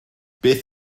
beth